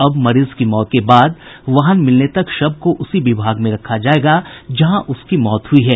अब मरीज की मौत होने के बाद वाहन मिलने तक शव को उसी विभाग में रखा जायेगा जहां उसकी मौत हुई है